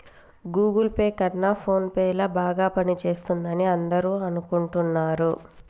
Google Pay కన్నా PhonePe ల బాగా పనిచేస్తుందని అందరూ అనుకుంటున్నారు